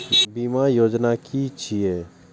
बीमा योजना कि छिऐ?